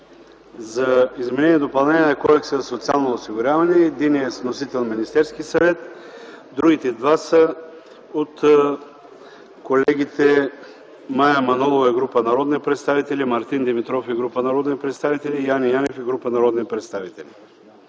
за изменение и допълнение на Кодекса за социално осигуряване. Единият е с вносител Министерския съвет, а другите три са от колегите Мая Манолова и група народни представители; Мартин Димитров и група народни представители; Яне Янев и група народни представители.